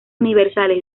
universales